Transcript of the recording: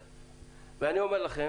אני אומר לכם